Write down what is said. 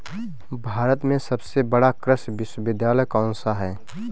भारत में सबसे बड़ा कृषि विश्वविद्यालय कौनसा है?